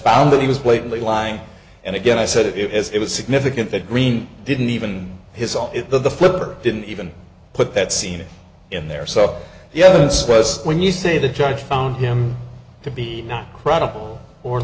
found that he was blatantly lying and again i said it was significant that green didn't even his off the flipper didn't even put that scene in there so yes when you say the judge found him to be not credible or